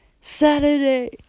Saturday